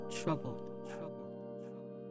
troubled